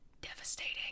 devastating